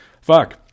fuck